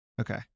Okay